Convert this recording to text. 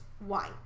white